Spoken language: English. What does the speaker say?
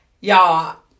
Y'all